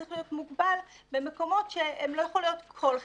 צריך להיות מוגבל, זה לא יכול להיות בכל חניון,